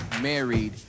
married